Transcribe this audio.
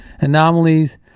anomalies